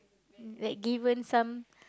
like given some